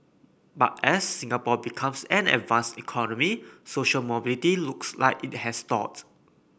but as Singapore becomes an advanced economy social mobility looks like it has stalled